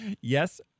Yes